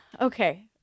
Okay